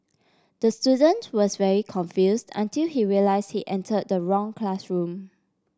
the student was very confused until he realised he entered the wrong classroom